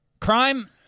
Crime